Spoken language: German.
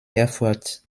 erfurt